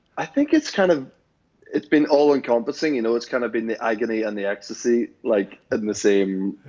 i think it's kind of it's been all-encompassing. you know, it's kind of been the agony and the ecstasy, like, in the same